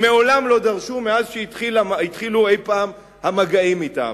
שהם מעולם לא דרשו מאז שהתחילו אי-פעם המגעים אתם.